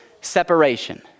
separation